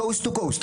קוסט טו קוסט,